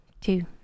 two